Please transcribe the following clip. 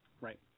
Right